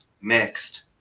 mixed